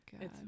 god